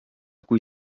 kui